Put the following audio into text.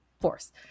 force